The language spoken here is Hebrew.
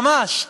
ממש,